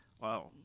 wow